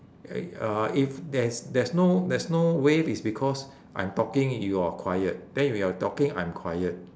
eh uh if there is there's no there's no wave is because I'm talking you're quiet then when you're talking I'm quiet